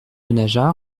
denaja